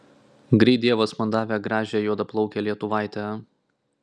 greit dievas man davė gražią juodaplaukę lietuvaitę